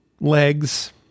legs